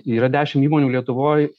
yra dešim įmonių lietuvoj